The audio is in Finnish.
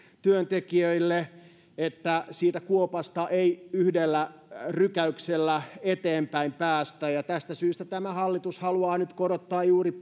työntekijöille että siitä kuopasta ei yhdellä rykäyksellä eteenpäin päästä tästä syystä tämä hallitus haluaa nyt parantaa juuri